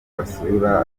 basura